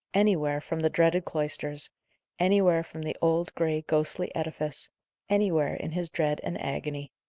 anywhere from the dreaded cloisters anywhere from the old, grey, ghostly edifice anywhere in his dread and agony.